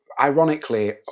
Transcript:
ironically